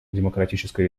демократическая